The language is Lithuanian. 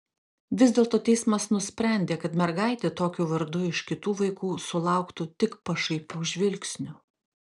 vis dėlto teismas nusprendė kad mergaitė tokiu vardu iš kitų vaikų sulauktų tik pašaipių žvilgsnių